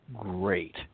great